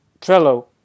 Trello